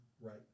right